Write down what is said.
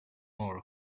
more